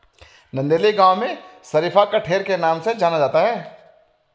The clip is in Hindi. नंदेली गांव में शरीफा कठेर के नाम से जाना जाता है